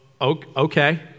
Okay